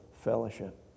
fellowship